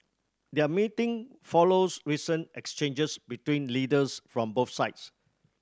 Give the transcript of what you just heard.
their meeting follows recent exchanges between leaders from both sides